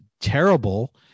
terrible